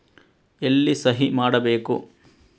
ಎಲ್ಲಿ ಸಹಿ ಮಾಡಬೇಕು?